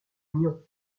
nyon